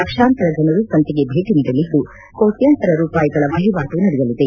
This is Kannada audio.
ಲಕ್ಷಾಂತರ ಜನರು ಸಂತೆಗೆ ಭೇಟಿ ನೀಡಲಿದ್ದು ಕೋಟ್ಟಾಂತರ ರೂಪಾಯಿಗಳ ವಹಿವಾಟು ನಡೆಯಲಿದೆ